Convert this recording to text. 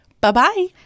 Bye-bye